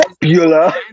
Popular